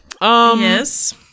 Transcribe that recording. Yes